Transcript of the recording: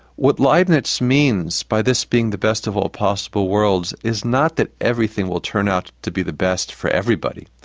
what like and leibniz means by this being the best of all possible worlds, is not that everything will turn out to be the best for everybody,